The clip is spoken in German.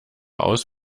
aus